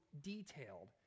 detailed